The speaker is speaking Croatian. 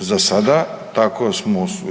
za sada